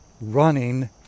running